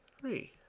three